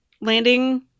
landing